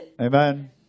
Amen